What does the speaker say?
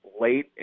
late